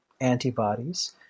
antibodies